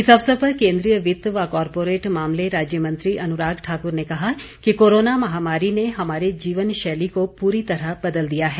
इस अवसर पर केंद्रीय वित्त व कारपोरेट मामले राज्य मंत्री अनुराग ठाकुर ने कहा कि कोरोना महामारी ने हमारी जीवन शैली को पूरी तरह बदल दिया है